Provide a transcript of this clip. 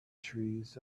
trees